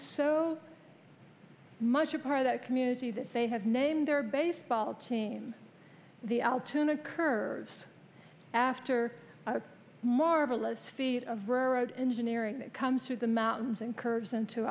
so much a part of that community that they have named their baseball team the altoona curse after a marvelous feat of road engineering that comes through the mountains and curves into